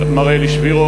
מר אלי שבירו,